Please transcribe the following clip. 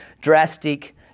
drastic